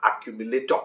accumulator